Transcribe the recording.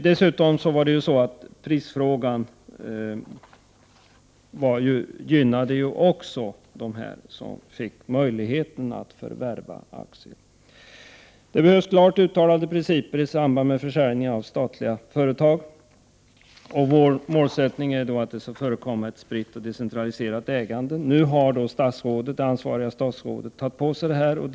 Dessutom gynnade priset dem som fick möjlighet att förvärva aktier. Det behövs klart uttalade principer i samband med försäljning av statliga företag. Vår målsättning är att det skall finnas ett spritt och decentraliserat ägande. Det ansvariga statsrådet har tagit på sig ett ansvar här.